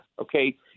okay